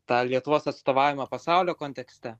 tą lietuvos atstovavimą pasaulio kontekste